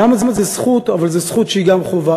למה זו זכות, אבל זו זכות שהיא גם חובה.